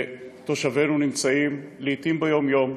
תושבינו נמצאים, לעתים ביום-יום,